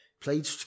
Played